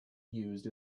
used